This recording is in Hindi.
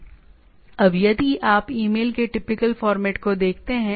अब यदि आप ईमेल के टिपिकल फॉर्मेट को देखते हैं